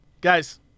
guys